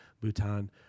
Bhutan